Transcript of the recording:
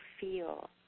feel